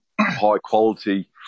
high-quality